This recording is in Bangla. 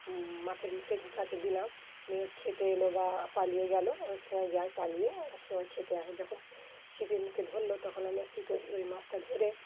মাছের মুখের কাছে দিলাম খেতে এলো বা পালিয়ে গেলো অনেক সময় যায় পালিয়ে অনেক সময় খেতে আসে যখন ছিপির মুখে ধরল তখন আমরা কী করি ওই মাছটা ধরে